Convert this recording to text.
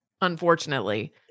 unfortunately